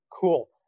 Cool